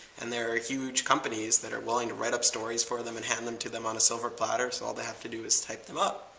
and there are huge companies that are willing to write up stories for them and hand them to them on a silver platter, so all they have to do is type them up.